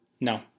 No